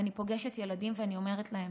ואני פוגשת ילדים ואני אומרת להם: